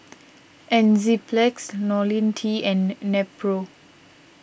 Enzyplex Lonil T and Nepro